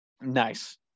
Nice